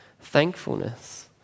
thankfulness